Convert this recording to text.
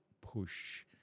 push